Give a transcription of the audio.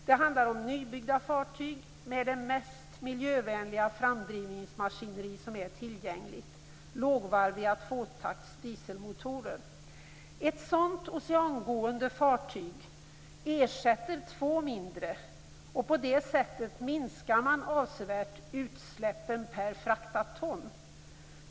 Det handlar om nybyggda fartyg med det mest miljövänliga framdrivningsmaskineri som är tillgängligt, nämligen lågvarviga tvåtakts dieselmotorer. Ett sådant oceangående fartyg ersätter två mindre. På det sättet minskar man avsevärt utsläppen per fraktat ton.